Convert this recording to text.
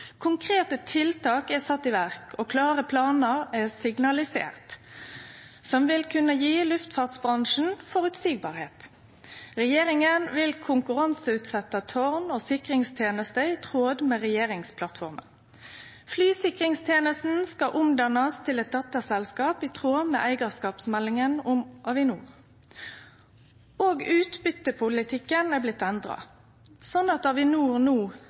Konkrete tiltak er sette i verk, og klare planar er signaliserte, som vil kunne gje luftfartsbransjen føreseielegheit. Regjeringa vil konkurranseutsetje tårn- og sikringstenester i tråd med regjeringsplattforma. Flysikringstenesta skal omdannast til eit dotterselskap i tråd med eigarskapsmeldinga om Avinor. Òg utbyttepolitikken er blitt endra, slik at Avinor no